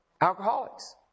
Alcoholics